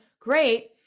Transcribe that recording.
great